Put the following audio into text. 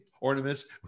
ornaments